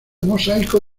mosaico